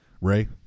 Ray